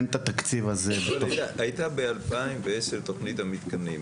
אין התקציב הזה -- ב-2010 הייתה תכנית המתקנים.